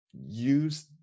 use